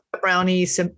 Brownies